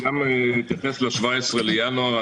לגבי 17 בינואר,